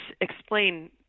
explain